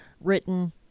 written